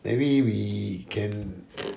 maybe we can